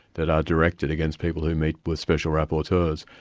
that are directed against people who meet with special rapporteurs.